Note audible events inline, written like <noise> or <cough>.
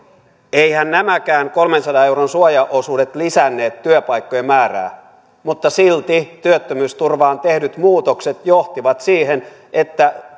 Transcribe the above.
eiväthän nämäkään kolmensadan euron suojaosuudet lisänneet työpaikkojen määrää mutta silti työttömyysturvaan tehdyt muutokset johtivat siihen että <unintelligible>